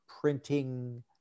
printing